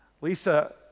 Lisa